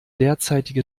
derzeitige